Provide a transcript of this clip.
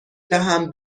دهم